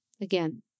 Again